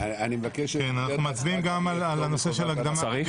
אנחנו מצביעים גם על הנושא של הקדמת